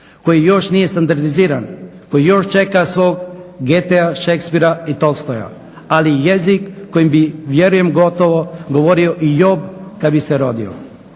koji još nije standardiziran, koji još čeka svog Goethea, Shakespearea i Tolstoja ali i jezik kojim bi vjerujem gotovo govorio i Job kada bi se rodio.